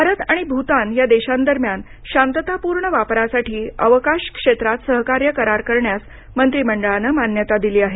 भारत आणि भूतान या देशांदरम्यान शांततापूर्ण वापरासाठी अवकाश क्षेत्रात सहकार्य करार करण्यास मंत्रीमंडळानं मान्यता दिली आहे